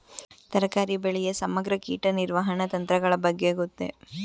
ತರಕಾರಿ ಬೆಳೆಯ ಸಮಗ್ರ ಕೀಟ ನಿರ್ವಹಣಾ ತಂತ್ರಗಳ ಬಗ್ಗೆ ಗೊತ್ತೇ?